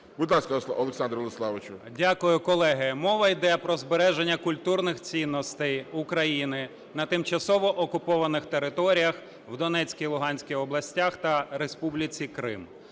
Дякую, колеги. Мова йде про збереження культурних цінностей України на тимчасово окупованих територіях в Донецькій і Луганській областях та республіці Крим.